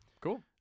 Cool